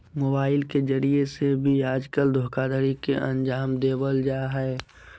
mobile के जरिये से भी आजकल धोखाधडी के अन्जाम देवल जा हय